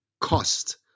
cost